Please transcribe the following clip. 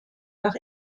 nach